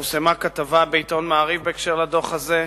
פורסמה כתבה בעיתון "מעריב" בקשר לדוח הזה.